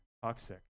Toxic